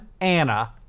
Anna